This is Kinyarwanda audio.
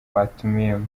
batumiwemo